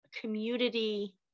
community